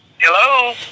Hello